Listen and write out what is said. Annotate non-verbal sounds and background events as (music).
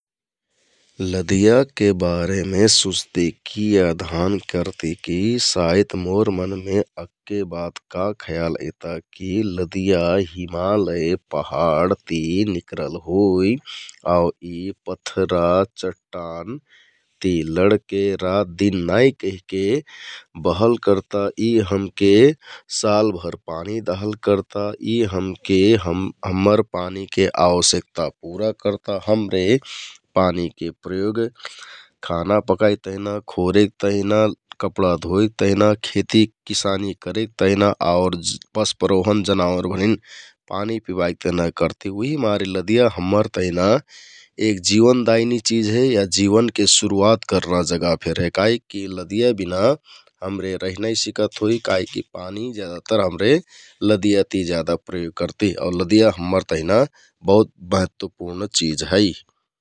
लदियाके बारेमे सुँचति की या ध्यान करति सायद मोर मनमें अक्के बात का ख्याल ऐता की लदीया, हिमालय, पहाड ति निकरल होइ । आउ यी पत्थरा, चट्टान ति लडके रातदिन नाइ कहिके बहल कर्ता, इ हम्के सालभर पानी दहल कर्ता, यी हमके (hesitation) हम्मर पानीके आवश्यकता पुरा कर्ता । हमरे (noise) पानीके प्रयोग खाना पकाइक तिहना, खोरेक तहिना, कपडा धोइक तहना, खेतिकीसानी करेक तिहना आउर पसपरोहन् जनावरभरिन पानी पिबाइक तेहना करति । उहिमारे लदिया हम्मर तहिना एक जीवनदायीनी चिझ या जीवनके सुरुवात करना जगाह फेर हे‌ काहिक की लदिया बिना हमरे रहि नाइ सिकत होइ कहिककी पानी ज्यादातर हमरे लदिया ती ज्यादा प्रयोग करति । आउ लदिया हम्मर तहनि बहुत महेत्वपुर्ण चिझ है ।